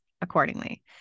accordingly